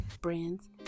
brands